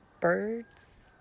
Birds